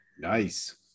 Nice